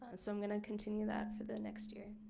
and so i'm going to continue that for the next year,